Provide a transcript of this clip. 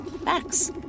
Max